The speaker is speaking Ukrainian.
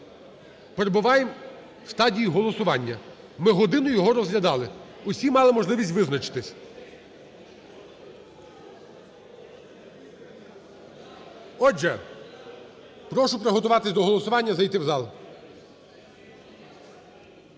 перебуваємо в стадії голосування. Ми годину його розглядали, усі мали можливість визначитися. Отже, прошу приготуватись до голосування, зайти в зал.